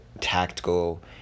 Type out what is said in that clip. tactical